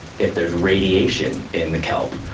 if there's radiation in the kelp.